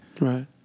Right